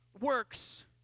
works